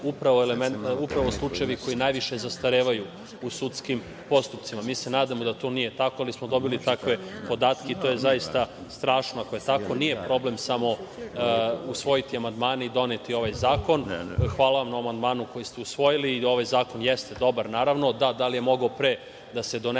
upravo slučajevi koji najviše zastarevaju u sudskim postupcima. Mi se nadamo da to nije tako, ali smo dobili takve podatke. To je zaista strašno ako je tako. Nije problem samo usvojiti amandmane i doneti ovaj zakon. Hvala na ovom amandmanu koji ste usvojili. Ovaj zakon jeste dobar, naravno. Da, da li je mogao pre da se donese.